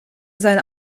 seine